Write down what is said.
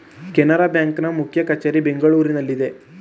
Canara bank ನ ಮುಖ್ಯ ಕಚೇರಿ ಬೆಂಗಳೂರಿನಲ್ಲಿದೆ